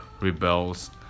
rebels